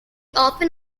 often